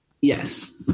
Yes